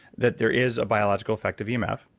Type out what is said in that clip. that there is a biological effect of emf,